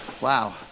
Wow